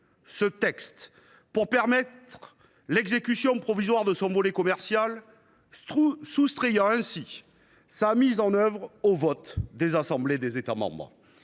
le texte pour permettre l’exécution provisoire de son volet commercial, soustrayant ainsi sa mise en œuvre aux votes des assemblées des États membres.